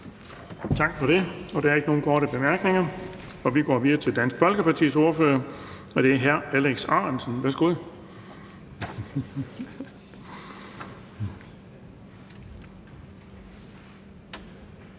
Tak for det. Der er ikke nogen korte bemærkninger. Og vi går videre til Enhedslistens ordfører, og det er hr. Søren Egge